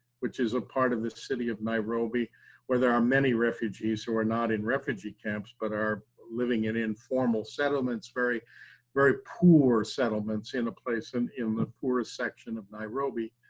which is a part of the city of nairobi where there are many refugees who are not in refugee camps, but are living in informal settlements, very very poor settlements in a place and in the poorest section of nairobi.